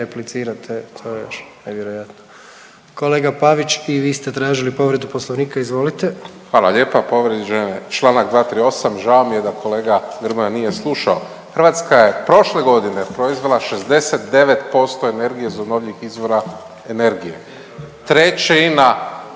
Kolega Pavić i vi ste tražili povredu Poslovnika, izvolite. **Pavić, Marko (HDZ)** Hvala lijepa. Povrijeđen je članak 238. Žao mi je da kolega Grmoja nije slušao. Hrvatska je prošle godine proizvela 69% energije iz obnovljivih izvora energije. Trećina